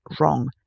wrong